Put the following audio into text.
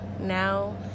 now